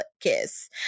Kiss